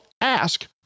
Ask